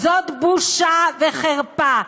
זאת בושה וחרפה.